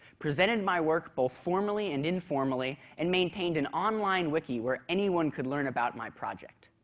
presented my work both formally and informally, and maintained an online wiki where anyone could learn about my project.